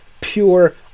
pure